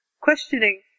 questioning